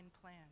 plan